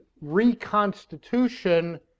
reconstitution